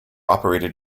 operated